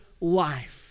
life